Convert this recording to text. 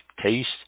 taste